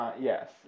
yes